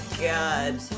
God